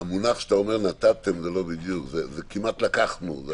המונח שאתה אומר נתתם זה לא בדיוק, זה כמעט לקחנו.